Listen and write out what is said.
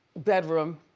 bedroom